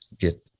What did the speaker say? get